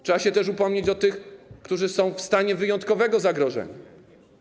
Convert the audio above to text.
Trzeba się też upomnieć o tych, którzy są w stanie wyjątkowego zagrożenia.